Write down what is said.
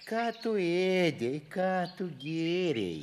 ką tu ėdei ką tu gėrei